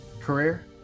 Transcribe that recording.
Career